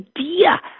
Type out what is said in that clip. idea